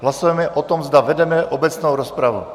Hlasujeme o tom, zda vedeme obecnou rozpravu.